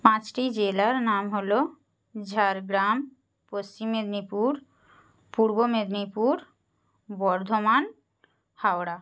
পাঁচটি জেলার নাম হল ঝাড়গ্রাম পশ্চিম মেদিনীপুর পূর্ব মেদিনীপুর বর্ধমান হাওড়া